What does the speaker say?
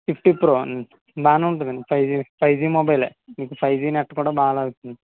fifty pro బాగానే ఉంటుందండి five G five G mobile మీకు ఫై జీ నెట్ కూడా బాగా లాగుతుంది